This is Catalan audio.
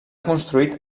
construït